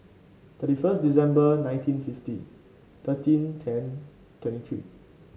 thirty first December nineteen fifty thirteen ten twenty three